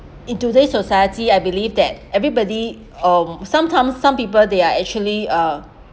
in today's society I believe that everybody um sometimes some people they are actually uh